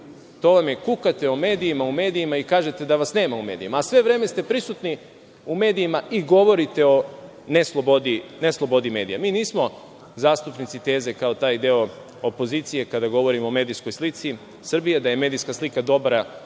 To vam je kukate o medijima u medijima i kažete da vas nema u medijima, a sve vreme ste prisutni u medijima i govorite o ne slobodi medija. Mi nismo zastupnici teze, kao taj deo opozicije kada govorimo o medijskoj slici Srbije, da je medijska slika dobra